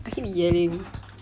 I keep yelling